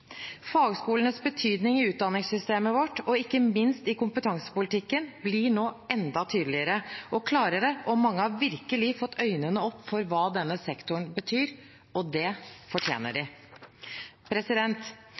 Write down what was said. Fagskolenes betydning i utdanningssystemet vårt og ikke minst i kompetansepolitikken blir nå enda tydeligere og klarere, og mange har virkelig fått øynene opp for hva denne sektoren betyr. Det fortjener